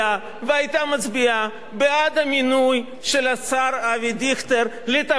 המינוי של אבי דיכטר לתפקיד השר להגנת העורף.